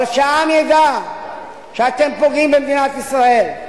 אבל שהעם ידע שאתם פוגעים במדינת ישראל.